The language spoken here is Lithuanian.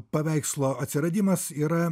paveikslo atsiradimas yra